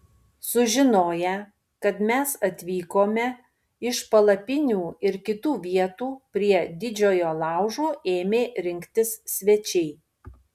sužinoję kad mes atvykome iš palapinių ir kitų vietų prie didžiojo laužo ėmė rinktis svečiai